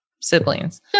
siblings